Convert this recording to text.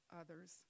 others